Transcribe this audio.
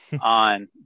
on